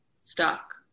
stuck